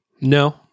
no